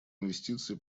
инвестиций